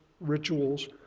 rituals